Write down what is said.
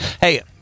hey